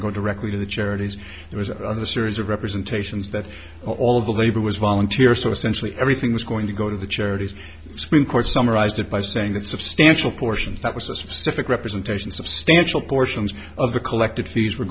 to go directly to the charities it was the series of representations that all of the labor was volunteer so essentially everything was going to go to the charities supreme court summarized by saying that substantial portion that was a specific representation substantial portions of the collected fees were